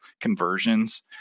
conversions